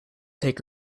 take